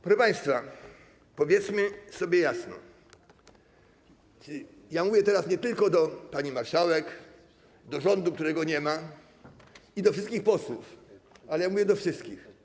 Proszę państwa, powiedzmy sobie jasno: ja mówię teraz nie tylko do pani marszałek, do rządu, którego nie ma, i do wszystkich posłów, ale ja mówię do wszystkich.